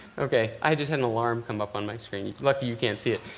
ok, i just had an alarm come up on my screen. lucky you can't see it.